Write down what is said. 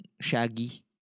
Shaggy